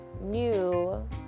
new